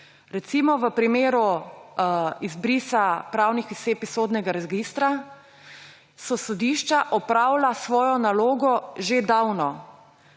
Recimo, v primeru izbrisa pravnih oseb iz sodnega registra, so sodišča opravila svojo nalogo že davno,